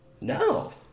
No